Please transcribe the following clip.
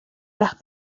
las